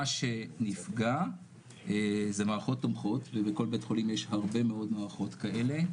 מה שנפגע זה מערכות תומכות ובכל בית חולים יש הרבה מאוד מערכות כאלה,